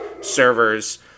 servers